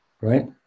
right